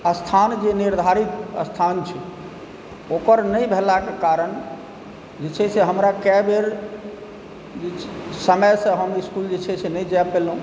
स्थान जे निर्धारित स्थान छै ओकर नहि भेलाक कारण जे छै से हमरा कएकबेर समयसँ हम इसकुल जे छै नहि जा पएलहुँ